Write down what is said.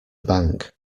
bank